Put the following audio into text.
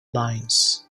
lines